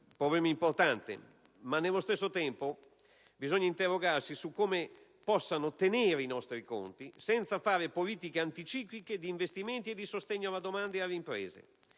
debito è importante, ma allo stesso tempo bisogna interrogarsi su come possano tenere i nostri conti senza fare politiche anticicliche di investimenti e di sostegno alla domanda e alle imprese.